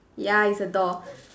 ya it's a door